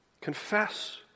Confess